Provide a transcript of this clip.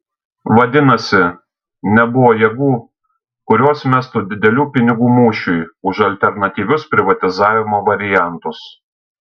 vadinasi nebuvo jėgų kurios mestų didelių pinigų mūšiui už alternatyvius privatizavimo variantus